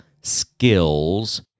skills